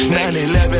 9-11